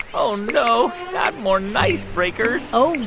oh, no, not more nice breakers oh, yeah